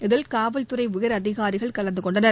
இதில் காவல்துறை உயர் அதிகாரிகள் கலந்து கொண்டனர்